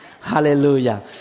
Hallelujah